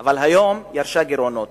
אבל היום ירשה גירעונות.